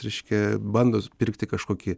reiškia bando pirkti kažkokį